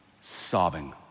sobbing